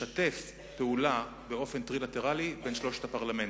לשתף פעולה באופן טרילטרלי בין שלושת הפרלמנטים: